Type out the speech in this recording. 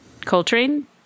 Coltrane